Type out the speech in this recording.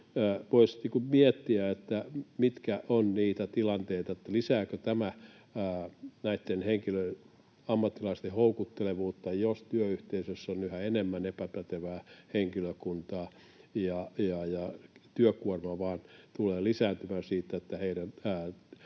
Voisi miettiä, mitkä ovat niitä tilanteita... Lisääkö tämä näitten ammattilaisten houkuttelevuutta, jos työyhteisössä on yhä enemmän epäpätevää henkilökuntaa ja työkuorma vain tulee lisääntymään siitä, kun heidän